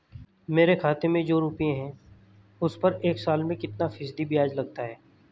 मेरे खाते में जो रुपये हैं उस पर एक साल में कितना फ़ीसदी ब्याज लगता है?